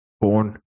born